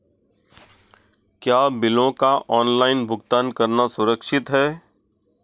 क्या बिलों का ऑनलाइन भुगतान करना सुरक्षित है?